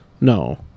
No